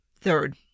third